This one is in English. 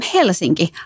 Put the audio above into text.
Helsinki